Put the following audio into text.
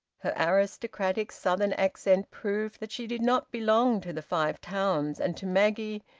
her aristocratic southern accent proved that she did not belong to the five towns, and to maggie,